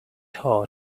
hard